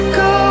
go